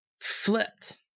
flipped